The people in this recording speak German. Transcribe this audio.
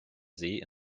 see